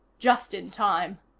just in time.